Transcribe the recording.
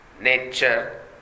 nature